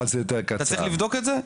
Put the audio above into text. אתה צריך לבדוק את זה?